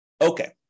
Okay